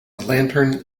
lantern